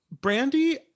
Brandy